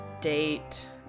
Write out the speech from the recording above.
date